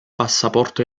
passaporto